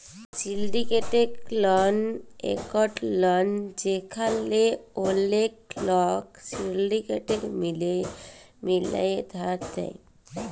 syndicated loan একট loan যেখালে ওলেক লক সিলডিকেট মিলায় ধার লেয়